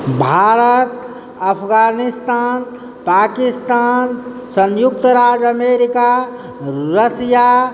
भारत अफगानिस्तान पाकिस्तान संयुक्त राज्य अमेरिका रसिया